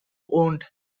owned